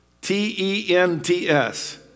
T-E-N-T-S